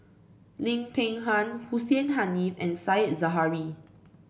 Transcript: Lim Peng Han Hussein Haniff and Said Zahari